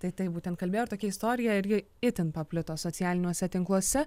tai taip būtent kalbėjo ir tokia istorija ir ji itin paplito socialiniuose tinkluose